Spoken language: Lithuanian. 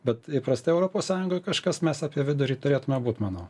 bet įprastai europos sąjungoj kažkas mes apie vidurį turėtume būt manau